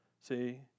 See